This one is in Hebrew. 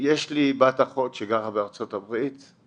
יש לי בת אחות שגרה בארצות הברית,